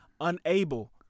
unable